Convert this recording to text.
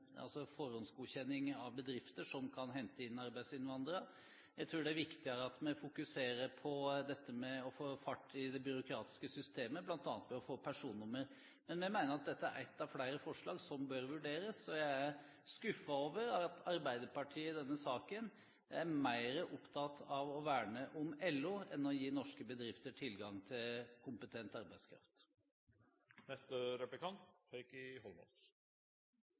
bedrifter som kan hente inn arbeidsinnvandrere, og at en fokuserer på det å få fart i det byråkratiske systemet, bl.a. ved å få personnummer. Vi mener at dette er ett av flere forslag som bør vurderes, og jeg er skuffet over at Arbeiderpartiet i denne saken er mer opptatt av å verne om LO enn å gi norske bedrifter tilgang til kompetent arbeidskraft.